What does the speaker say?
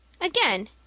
Again